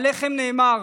עליכם נאמר: